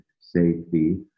safety